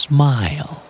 Smile